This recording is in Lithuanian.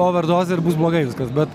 overdozė ir bus blogai viskas bet